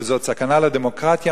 וזו סכנה לדמוקרטיה,